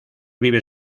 vive